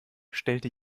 stellte